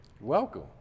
welcome